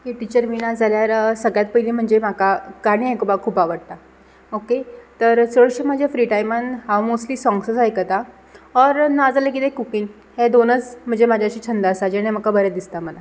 teacher बी ना जाल्यार सगळ्यांत पयली म्हणजे म्हाका गाणी आयकोपाक खूब आवडटा ओके तर चडशे म्हज्या फ्री टायमान हांव मोस्टली साँग्सच आयकतां ऑर नाजाल्यार कितें कुकींग हे दोनच म्हणजे म्हजे अशें छंद आसा जेणे म्हाका बरें दिसता म्हाका मनाक